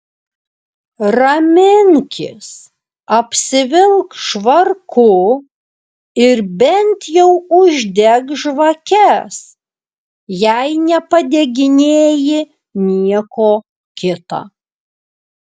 raminkis apsivilk švarku ir bent jau uždek žvakes jei nepadeginėji nieko kita